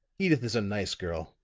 edyth is a nice girl,